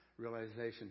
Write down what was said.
Realization